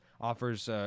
offers